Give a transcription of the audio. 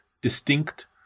distinct